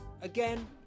again